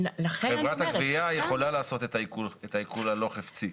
חברת הגבייה יכולה לעשות את העיקול הלא חפצי.